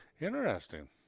Interesting